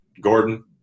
Gordon